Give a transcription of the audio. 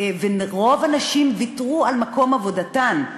רוב הנשים ויתרו על מקום עבודתן,